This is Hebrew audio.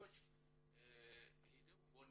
משפחתי בירושלים.